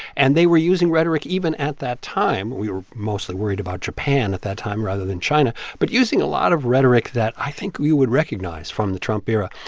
and they were using rhetoric even at that time we were mostly worried about japan at that time rather than china but using a lot of rhetoric that i think we would recognize from the trump era.